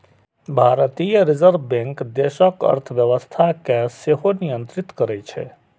भारतीय reserve bank देशक अर्थव्यवस्था कें सेहो नियंत्रित करै छै